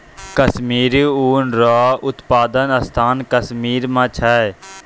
कश्मीरी ऊन रो उप्तादन स्थान कश्मीर मे छै